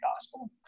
gospel